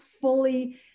fully